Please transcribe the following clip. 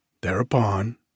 Thereupon